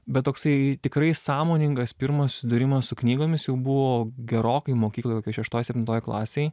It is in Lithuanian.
bet toksai tikrai sąmoningas pirmas susidūrimas su knygomis jau buvo gerokai mokykloje šeštoj septintoj klasėj